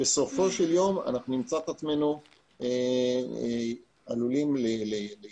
בסופו של יום אנחנו נמצא את עצמנו עלולים להיתבע